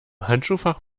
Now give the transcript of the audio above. handschuhfach